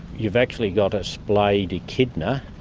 you've actually got a splayed echidna.